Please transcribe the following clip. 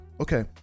okay